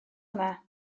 yma